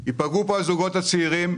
הזוגות הצעירים,